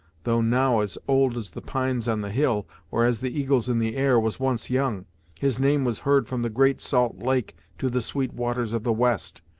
though now as old as the pines on the hill, or as the eagles in the air, was once young his name was heard from the great salt lake to the sweet waters of the west.